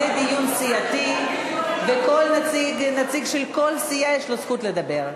זה דיון סיעתי, ונציג של כל סיעה יש לו זכות לדבר.